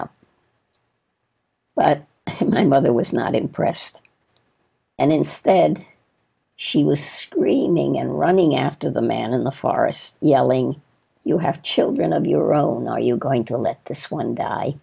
up my mother was not impressed and instead she was screaming and running after the man in the forest yelling you have children of your own are you going to let this one